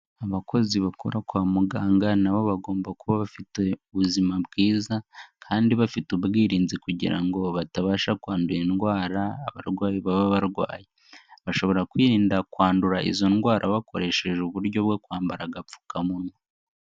Abakozi bakora kwa muganga nabo bagomba kuba bafite ubuzima bwiza, kandi bafite ubwirinzi kugira ngo batabasha kwandura indwara abarwayi baba barwaye, bashobora kwirinda kwandura izo ndwara bakoresheje uburyo bwo kwambara agapfukamunwa.